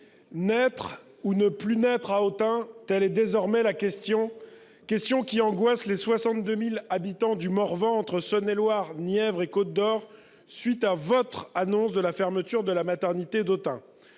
naître ou ne plus naître à Autun, telle est désormais la question qui angoisse les 62 000 habitants du Morvan, entre Saône-et-Loire, Nièvre et Côte-d'Or, après votre annonce de la fermeture de la maternité d'Autun.